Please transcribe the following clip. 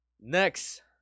Next